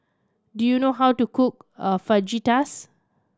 do you know how to cook a Fajitas